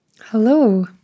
Hello